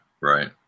right